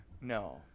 no